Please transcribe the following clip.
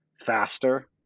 faster